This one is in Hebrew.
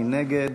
מי נגד?